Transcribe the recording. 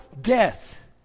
death